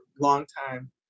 longtime